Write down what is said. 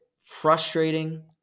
frustrating